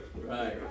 Right